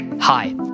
Hi